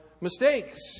mistakes